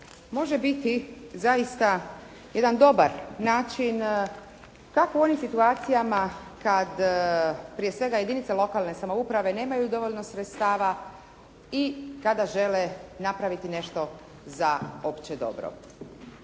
može biti zaista jedan dobar način kako u onim situacijama kad prije svega jedinice lokalne samouprave nemaju dovoljno sredstava i kada žele napraviti nešto za opće dobro.